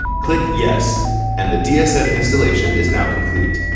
click yes and the dsm installation is now complete.